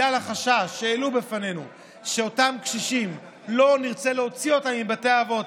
בגלל החשש שהעלו בפנינו שלא נרצה להוציא את אותם קשישים מבתי האבות,